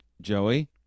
Joey